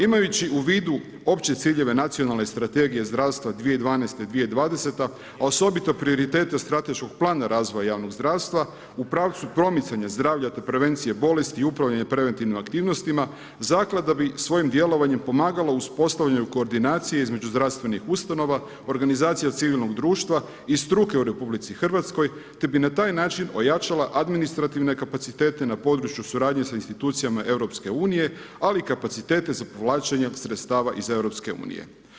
Imajući u vidu opće ciljeve Nacionalne strategije zdravstva 2012-.2020., a osobito prioritete od strateškog plana razvoja javnog zdravstva u pravcu promicanja zdravlja te prevencije bolesti i upravljanje preventivno aktivnostima, zaklada bi svojim djelovanjem pomagala uspostavljanju koordinacije između zdravstvenih ustanova, organizacija civilnog društva i struke u RH te bi na taj način ojačala administrativne kapacitete na području suradnje sa institucijama EU, ali i kapacitete za povlačenje sredstava iz EU.